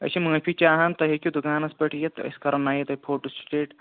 أسۍ چھِ معٲفی چاہان تُہۍ ہیٚکِو دُکانَس پٮ۪ٹھ یِتھ تہٕ أسۍ کَرو نَیے تۄہہِ فوٹوسٹیٹ